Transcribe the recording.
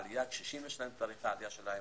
קשישים - יש להם תאריך העלייה שלהם.